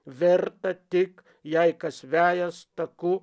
verta tik jei kas vejas taku